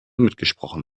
mitgesprochen